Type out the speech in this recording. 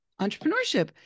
entrepreneurship